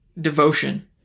devotion